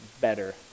better